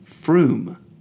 Froome